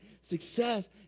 success